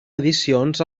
edicions